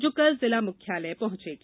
जो कल जिला मुख्यालय पहुॅचेगी